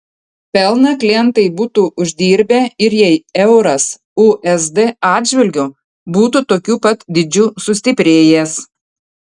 pelną klientai būtų uždirbę ir jei euras usd atžvilgiu būtų tokiu pat dydžiu sustiprėjęs